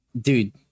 Dude